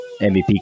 MVP